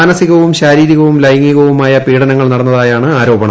മാനസികവും ശാരീരകവും ലൈംഗിക വുമായ പീഢനങ്ങൾ നടന്നതായാണ് ആരോപണം